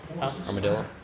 Armadillo